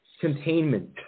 containment